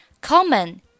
common